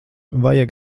vajag